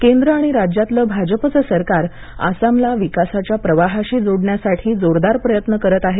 केंद्र आणि राज्यातलं भाजप चं सरकार आसाम ला विकासाच्या प्रवाहाशी जोडण्यासाठी जोरदार प्रयत्न करत आहे